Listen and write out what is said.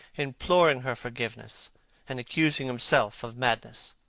imploring her forgiveness and accusing himself of madness.